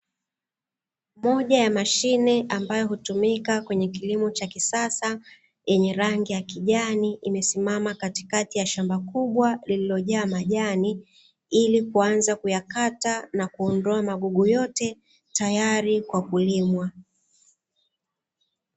Moja ya mashine ambayo hutumika kwenye kilimo cha kisasa yenye rangi ya kijani, imesimama katika shamba kubwa lililojaa majani ili tayari kwa kuyakata na kuondoa magugu yote tayari kwa kulimwa.